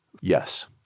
Yes